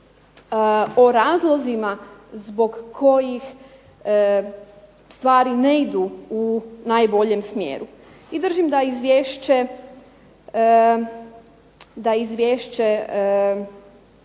o razlozima zbog kojih stvari ne idu u najboljem smjeru. I držim da izvješće